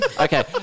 Okay